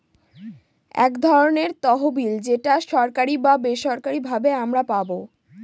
এক ধরনের তহবিল যেটা সরকারি বা বেসরকারি ভাবে আমারা পাবো